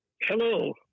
Hello